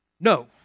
No